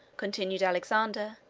continued alexander,